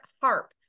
harp